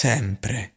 Sempre